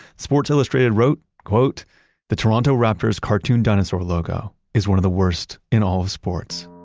sports illustrated wrote wrote the toronto raptors cartoon dinosaur logo is one of the worst in all of sports.